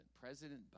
President